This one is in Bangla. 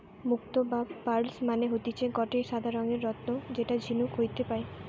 মুক্তো বা পার্লস মানে হতিছে গটে সাদা রঙের রত্ন যেটা ঝিনুক হইতে পায়